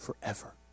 forever